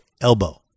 elbow